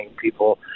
people